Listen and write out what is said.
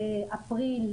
אפריל,